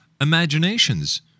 imaginations